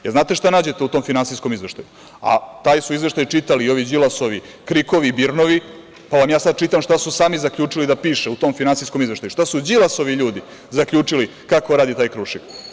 Jel znate šta nađete u tom finansijskom izveštaju, a taj su izveštaj čitali ovi Đilasovi „krikovi“, „birnovi“, pa vam sada čitam šta su sami zaključili da piše u tom finansijskom izveštaju, šta su Đilasovi ljudi zaključili kako radi taj „Krušik“